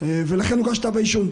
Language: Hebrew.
קבוצה קטנה,